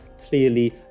clearly